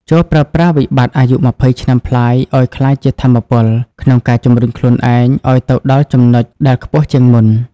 ចូរប្រើប្រាស់វិបត្តិអាយុ២០ឆ្នាំប្លាយឱ្យក្លាយជា "ថាមពល" ក្នុងការជំរុញខ្លួនឯងឱ្យទៅដល់ចំណុចដែលខ្ពស់ជាងមុន។